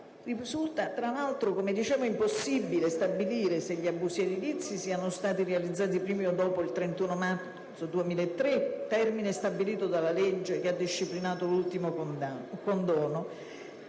Risulta tra l'altro - come dicevo - impossibile stabilire se gli abusi edilizi siano stati realizzati prima o dopo il 31 marzo 2003, termine stabilito dalla legge che ha disciplinato l'ultimo condono.